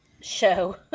show